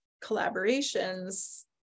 collaborations